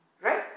right